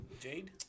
Jade